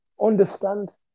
understand